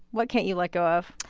what can't you let go of?